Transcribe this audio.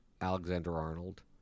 Alexander-Arnold